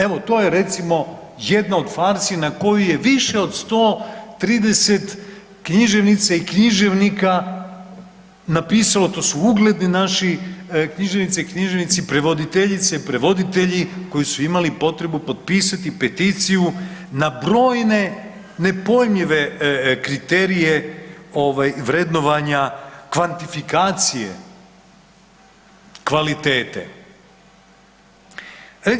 Evo je recimo jedna od farsi na koju je više od 130 književnica i književnika napisalo, to su ugledni naši književnici i književnice, prevoditeljice i prevoditelji koji su imali potrebu potpisati peticiju na brojne nepojmljive kriterije vrednovanja kvantifikacije kvalitete.